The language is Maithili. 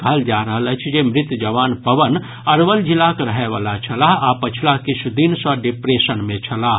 कहल जा रहल अछि जे मृत जवान पवन अरवल जिलाक रहयवला छलाह आ पछिला किछु दिन सँ डिप्रेशन मे छलाह